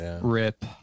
rip